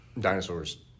dinosaurs